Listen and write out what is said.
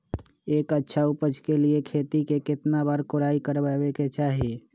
एक अच्छा उपज के लिए खेत के केतना बार कओराई करबआबे के चाहि?